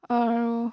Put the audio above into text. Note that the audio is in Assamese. আৰু